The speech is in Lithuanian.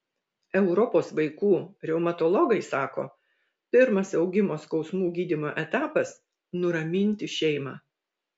europos vaikų reumatologai sako pirmas augimo skausmų gydymo etapas nuraminti šeimą